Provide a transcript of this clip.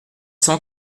cent